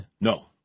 No